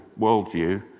worldview